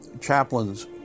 chaplains